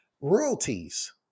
royalties